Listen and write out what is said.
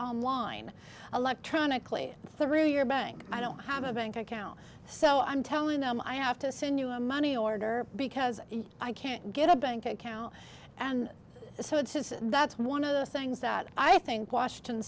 on line electronically through your bank i don't have a bank account so i'm telling them i have to send you a money order because i can't get a bank account and so it's just that's one of the things that i think washington